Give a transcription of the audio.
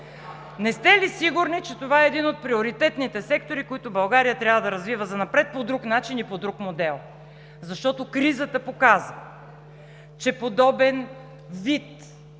Не сте ли сигурни, че това е един от приоритетните сектори, които България трябва да развива занапред по друг начин и по друг модел? Защото кризата показва, че подобен вид